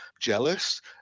jealous